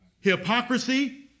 hypocrisy